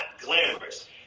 glamorous